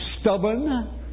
stubborn